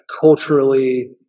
culturally